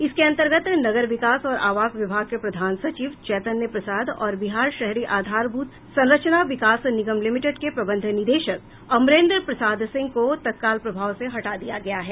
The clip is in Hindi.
इसके अन्तर्गत नगर विकास और आवास विभाग के प्रधान सचिव चैतन्य प्रसाद और बिहार शहरी आधारभूत संरचना विकास निगम लिमिटेड के प्रबंध निदेशक अमेन्द्र प्रसाद सिंह को तत्काल प्रभाव से हटा दिया गया है